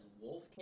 wolf